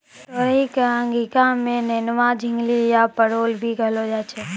तुरई कॅ अंगिका मॅ नेनुआ, झिंगली या परोल भी कहलो जाय छै